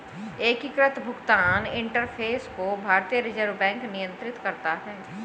एकीकृत भुगतान इंटरफ़ेस को भारतीय रिजर्व बैंक नियंत्रित करता है